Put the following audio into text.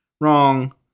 wrong